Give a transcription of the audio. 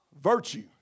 virtue